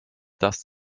das